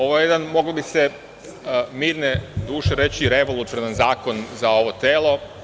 Ovo je jedan, moglo bi se reći mirne duše reći, revolucionaran zakon za ovo telo.